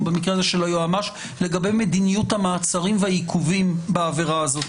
היועמ"ש לגבי מדיניות המעצרים והעיכובים בעבירה הזאת.